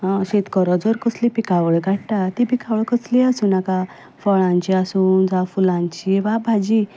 शेतकार जर कसली पिकावळ काडटा ती पिकावळ कसली आसूं नाका फळांची आसूं जावं फुलांची वा भाजी